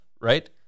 right